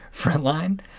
frontline